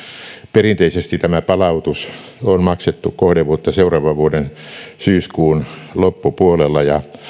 perinteisesti tämä palautus on maksettu kohdevuotta seuraavan vuoden syyskuun loppupuolella ja